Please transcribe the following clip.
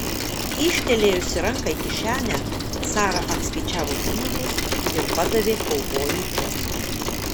kyštelėjusi ranką į kišenę sara atskaičiavo pinigus ir padavė kaubojui džonui